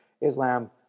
Islam